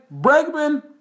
Bregman